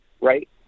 right